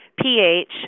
pH